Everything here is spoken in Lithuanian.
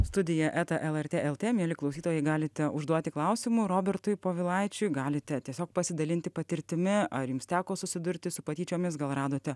studija eta lrt lt mieli klausytojai galite užduoti klausimų robertui povilaičiui galite tiesiog pasidalinti patirtimi ar jums teko susidurti su patyčiomis gal radote